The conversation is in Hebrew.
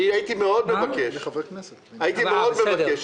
הייתי מבקש מאוד,